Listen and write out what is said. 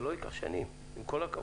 זה לא ייקח שנים, עם כל הכבוד.